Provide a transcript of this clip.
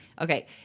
Okay